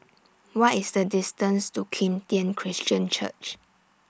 What IS The distance to Kim Tian Christian Church